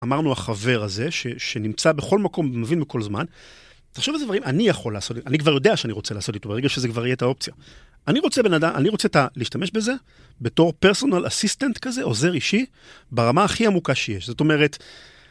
אמרנו החבר הזה, שנמצא בכל מקום ומבין בכל זמן, תחשב איזה דברים אני יכול לעשות, אני כבר יודע שאני רוצה לעשות איתו, ברגע שזה כבר יהיה את האופציה. אני רוצה, בן אדם, אני רוצה להשתמש בזה, בתור פרסונל אסיסטנט כזה, עוזר אישי, ברמה הכי עמוקה שיש. זאת אומרת...